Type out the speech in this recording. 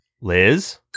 Liz